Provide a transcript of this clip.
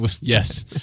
Yes